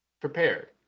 prepared